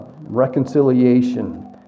reconciliation